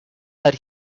that